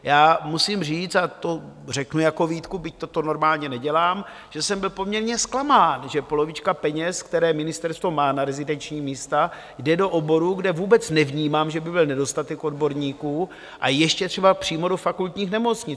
Já musím říct, a to řeknu jako výtku, byť toto normálně nedělám, že jsem byl poměrně zklamán, že polovička peněz, které ministerstvo má na rezidenční místa, jde do oborů, kde vůbec nevnímám, že by byl nedostatek odborníků, a ještě třeba přímo do fakultních nemocnic.